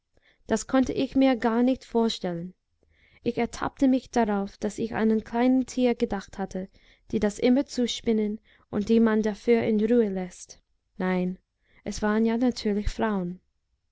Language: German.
das konnte ich mir gar nicht vorstellen ich ertappte mich darauf daß ich an kleine tiere gedacht hatte die das immerzu spinnen und die man dafür in ruhe läßt nein es waren ja natürlich frauen